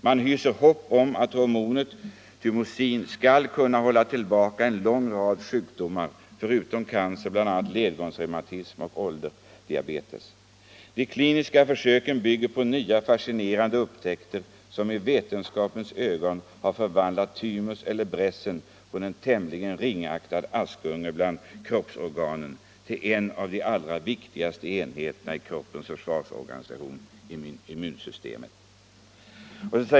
Man hyser hopp om att hormonet, thymosin, skall kunna hålla tillbaka en lång rad sjukdomar förutom cancer, bl.a. ledgångsreumatism och åldersdiabetes. De kliniska försöken bygger på nya fascinerande upptäckter som i vetenskapens ögon har förvandlat thymus eller brässen från en tämligen ringaktad askunge bland kroppsorganen till en av de allra viktigaste enheterna i kroppens försvarsorganisation — im munsystemet.